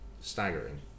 staggering